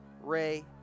Ray